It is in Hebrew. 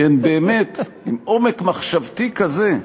כי הן באמת עם עומק מחשבתי כזה.